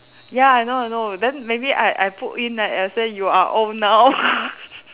ya I know I know then maybe I I put in like let's say you are old now